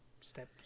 steps